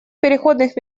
переходных